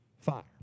fire